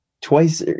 twice